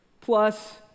plus